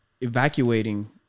evacuating